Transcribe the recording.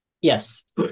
Yes